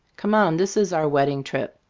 come on! this is our wedding trip.